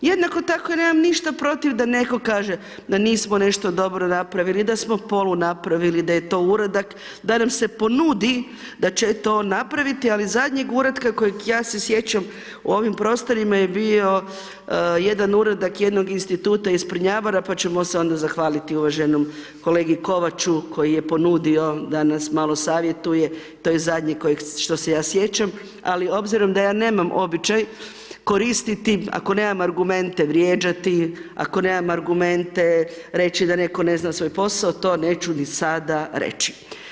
Jednako tako ja nemam ništa protiv da netko kaže da nismo nešto dobro napravili, da smo polu napravili, da je to uradak, da nam se ponudi da će to napraviti, ali zadnjeg uratka kojeg ja se sjećam u ovim prostorima je bio jedan uradak jednog instituta iz Prnjavora, pa ćemo se onda zahvaliti uvaženom kolegi Kovaču, koji je ponudio da nas malo savjetuje, to je zadnje kojeg, što se ja sjećam, ali obzirom da ja nemam običaj koristiti ako nemam argumente vrijeđati, ako nemam argumente reći da netko ne zna svoj posao, to neću ni sada reći.